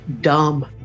dumb